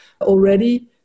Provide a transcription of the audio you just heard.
already